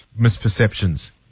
misperceptions